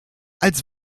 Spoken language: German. als